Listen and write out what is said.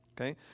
okay